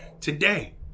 today